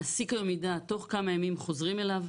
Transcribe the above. מעסיק היום יידע תוך כמה ימים חוזרים אליו,